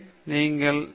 எனவே நீங்கள் எ